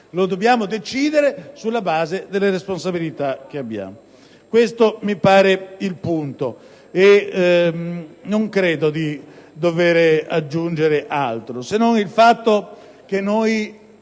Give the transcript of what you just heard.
lo dobbiamo decidere sulla base delle responsabilità che abbiamo. Questo è il punto. Non credo di dover aggiungere altro, se non il fatto che su